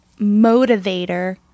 motivator